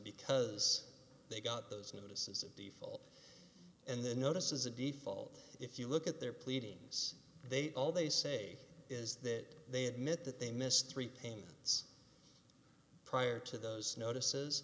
because they got those notices of the full and the notice is a default if you look at their pleadings they all they say is that they admit that they missed three payments prior to those notices